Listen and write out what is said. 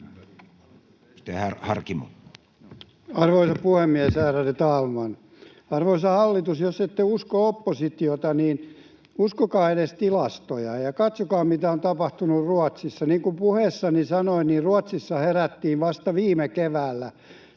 Arvoisa puhemies, ärade talman! Arvoisa hallitus, jos ette usko oppositiota, niin uskokaa edes tilastoja ja katsokaa, mitä on tapahtunut Ruotsissa. Niin kuin puheessani sanoin, Ruotsissa herättiin vasta viime keväällä